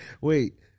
Wait